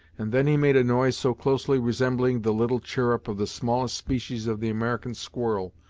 and then he made a noise so closely resembling the little chirrup of the smallest species of the american squirrel,